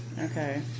Okay